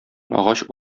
агач